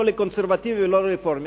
לא לקונסרבטיבי ולא לרפורמי.